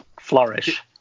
flourish